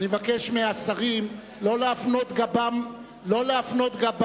אבקש מהשרים לא להפנות גבם לנואם.